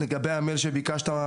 לגבי המייל שביקשת,